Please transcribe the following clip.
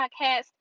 podcast